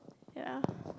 ya